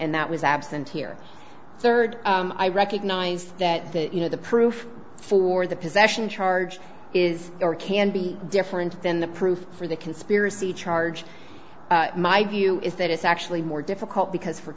and that was absent here third i recognize that that you know the proof for the possession charge is or can be different than the proof for the conspiracy charge my view is that it's actually more difficult because for